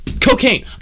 Cocaine